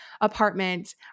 apartment